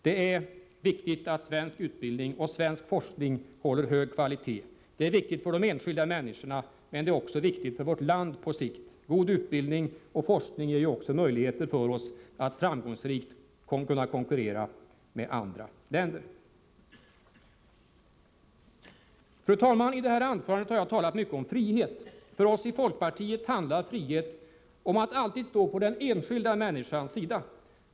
Det är viktigt att svensk utbildning och svensk forskning håller hög kvalitet. Det är viktigt för de enskilda människorna. Men det är också viktigt för vårt land på sikt. God utbildning och forskning ger ju också möjligheter för oss att framgångsrikt kunna konkurrera med andra länder. Fru talman! I det här anförandet har jag talat mycket om frihet. För oss i folkpartiet handlar frihet om att alltid stå på den enskilda människans sida.